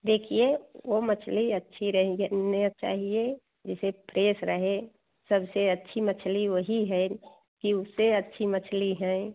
देखिए वह मछली अच्छी रहेगे ना चाहिए जैसे फ्रेस रहे सब से अच्छी मछली वही है कि उससे अच्छी मछली है